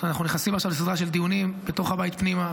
אנחנו נכנסים עכשיו לסדרה של דיונים בתוך הבית פנימה.